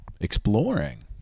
exploring